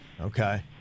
Okay